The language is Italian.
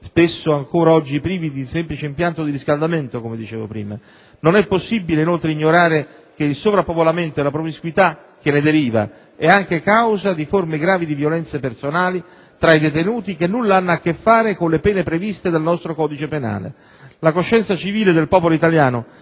spesso ancora oggi privi di un semplice impianto di riscaldamento, come dicevo prima. Non è possibile, inoltre, ignorare che il sovrappopolamento e la promiscuità che ne deriva è anche causa di forme gravi di violenze personali tra i detenuti, che nulla hanno che fare con le pene previste dal codice penale. La coscienza civile del popolo italiano